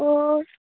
ओ